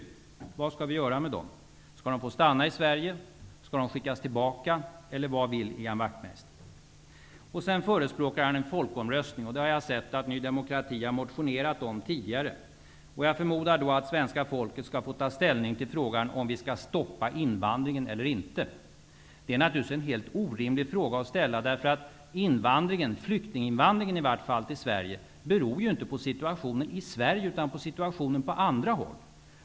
Skall de få stanna i Sverige? Skall de skickas tillbaka? Eller vad vill han? Sedan förespråkar Ian Wachtmeister en folkomröstning. Jag har sett att Ny demokrati har motionerat om det tidigare. Jag förmodar då att svenska folket skall få ta ställning till frågan om vi skall stoppa invandringen eller inte. Det är naturligtvis en helt orimlig fråga att ställa, därför att invandringen, i varje fall flyktinginvandringen, till Sverige beror inte på situationen i Sverige utan på situationen på andra håll.